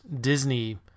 Disney